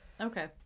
Okay